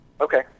okay